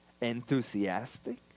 enthusiastic